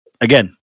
again